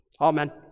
Amen